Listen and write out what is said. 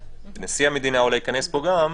נשיא המדינה אולי ייכנס פה גם,